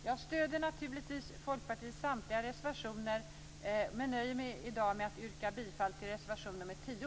Jag stöder naturligtvis Folkpartiets samtliga reservationer, men nöjer mig i dag med att yrka bifall till reservation nr 10.